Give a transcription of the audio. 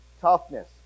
toughness